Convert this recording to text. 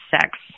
sex